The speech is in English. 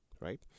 Right